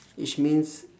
which means